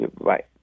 Bye